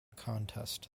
contest